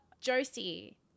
josie